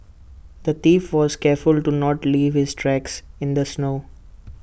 the thief was careful to not leave his tracks in the snow